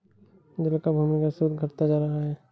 जल का भूमिगत स्रोत घटता जा रहा है